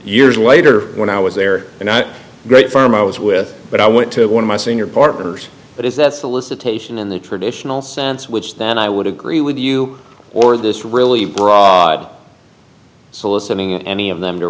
years later when i was there not great firm i was with but i went to one of my senior partners but is that solicitation in the traditional sense which then i would agree with you or this really brod soliciting any of them to